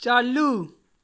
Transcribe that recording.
चालू